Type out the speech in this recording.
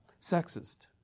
Sexist